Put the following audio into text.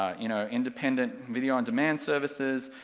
ah you know, independent video-on-demand services,